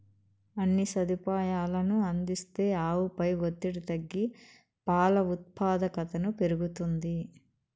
అన్ని సదుపాయాలనూ అందిస్తే ఆవుపై ఒత్తిడి తగ్గి పాల ఉత్పాదకతను పెరుగుతుంది